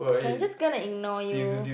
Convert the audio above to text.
can I just gonna ignore you